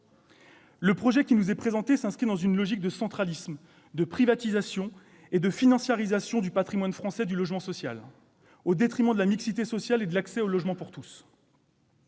Le projet qui nous est présenté s'inscrit dans une logique de centralisme, de privatisation et de financiarisation du patrimoine français du logement social, au détriment de la mixité sociale et de l'accès au logement pour tous.